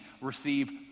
receive